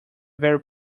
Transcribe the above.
very